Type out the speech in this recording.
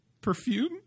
Perfume